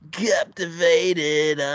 captivated